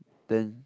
then